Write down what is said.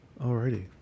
Alrighty